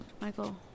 Michael